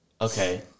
okay